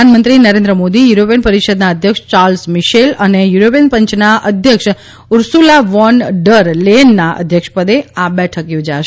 પ્રધાનમંત્રી નરેન્દ્ર મોદી યુરોપીયન પરિષદના અધ્યક્ષ ચાર્લ્સ મિશેલ અને યુરોપીયન પંચના અધ્યક્ષ ઉર્સુલા વોન ડર લેચેનના અધ્યક્ષપદે આ બેઠક યોજા શે